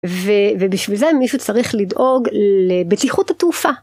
ובשביל זה מישהו צריך לדאוג לבטיחות התעופה.